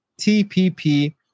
TPP